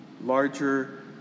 larger